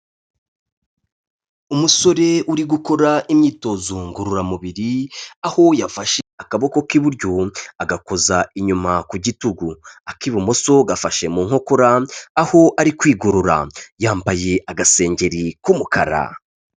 Umusore uri gukora imyitozo ngororamubiri, aho yafashe akaboko k'iburyo, agakoza inyuma ku gitugu. Ak'ibumoso gafashe mu nkokora, aho ari kwigorora. Yambaye agasengeri k'umukara.